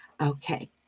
Okay